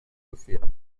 gefärbt